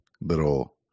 little